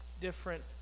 different